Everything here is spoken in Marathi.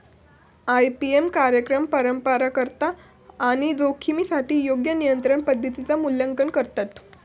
आई.पी.एम कार्यक्रम परिणामकारकता आणि जोखमीसाठी योग्य नियंत्रण पद्धतींचा मूल्यांकन करतत